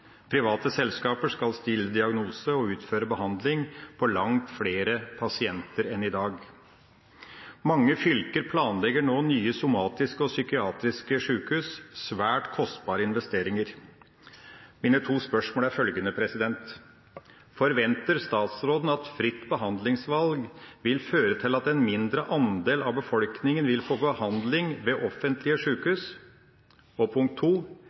Private selskaper skal stille diagnose og utføre behandling for langt flere pasienter enn i dag. Mange fylker planlegger nå nye somatiske og psykiatriske sykehus – svært kostbare investeringer. Mine to spørsmål er følgende: Forventer statsråden at fritt behandlingsvalg vil føre til at en mindre andel av befolkningen vil få behandling ved offentlige sykehus?